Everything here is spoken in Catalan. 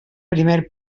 primer